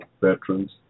veterans